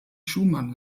schumann